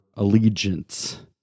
allegiance